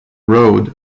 road